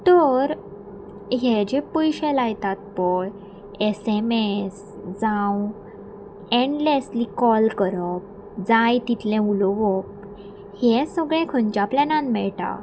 तर हे जे पयशे लायतात पळय एस एम एस जावं एन्डलेसली कॉल करप जाय तितलें उलोवप हें सगळें खंयच्या प्लॅनान मेळटा